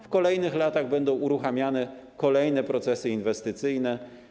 W kolejnych latach będą uruchamiane kolejne procesy inwestycyjne.